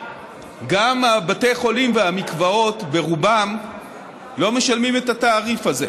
גם בתי החולים והמקוואות ברובם לא משלמים את התעריף הזה,